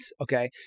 okay